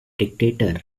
dictator